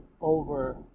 over